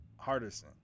Hardison